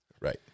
right